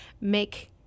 make